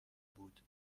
بود